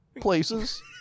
places